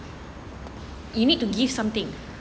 you need to give something